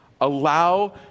Allow